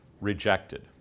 rejected